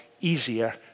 easier